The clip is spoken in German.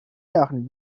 jahren